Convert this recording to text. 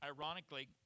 Ironically